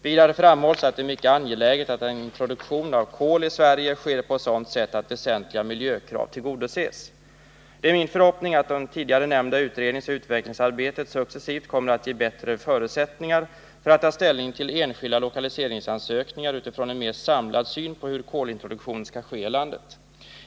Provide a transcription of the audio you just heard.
Vidare framhålls att det är mycket angeläget att introduktionen av kol i Sverige sker på ett sådant sätt att väsentliga miljökrav tillgodoses. Det är min förhoppning att det tidigare nämnda utredningsoch utvecklingsarbetet succes sivt kommer att ge bättre förutsättningar för att ta ställning till enskilda lokaliseringsansökningar utifrån en mer samlad syn på hur kolintroduktion bör ske i landet.